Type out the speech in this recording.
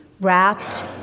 wrapped